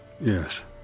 Yes